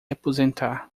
aposentar